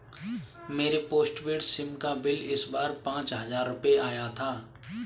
मेरे postpaid SIM का bill इस बार पाँच हजार रुपए आया था